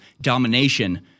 domination